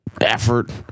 effort